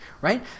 right